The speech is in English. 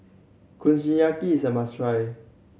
kushiyaki is a must try